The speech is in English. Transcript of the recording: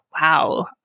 wow